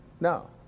No